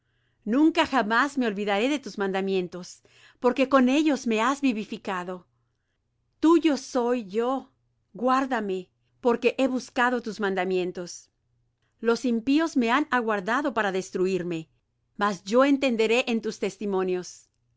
nunca jamás me olvidaré de tus mandamientos porque con ellos me has vivificado tuyo soy yo guárdame porque he buscado tus mandamientos los impíos me han aguardado para destruirme mas yo entenderé en tus testimonios a